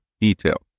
detail